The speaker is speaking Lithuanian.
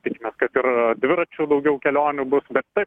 tikimės kad ir dviračiu daugiau kelionių bus bet taip